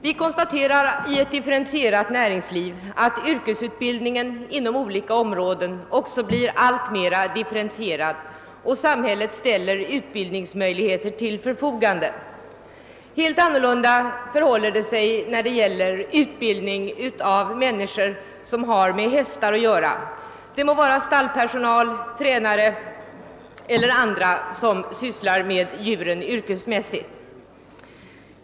Vi konstaterar att med ett differentierat näringsliv yrkesutbildningen inom olika områden också blir alltmer differentierad, och samhället ställer utbildningsmöjligheter till förfogande. Helt annorlunda förhåller det sig vad gäller utbildning av människor som har med hästar att göra — det må vara stallpersonal, tränare eller andra som sysslar med djuren yrkesmässigt.